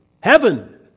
heaven